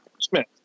Smith